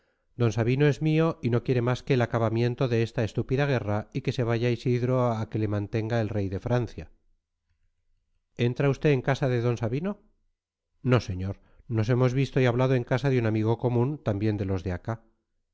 d sabino es mío y no quiere más que el acabamiento de esta estúpida guerra y que se vaya isidro a que le mantenga el rey de francia entra usted en casa de d sabino no señor nos hemos visto y hablado en casa de un amigo común también de los de acá